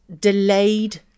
delayed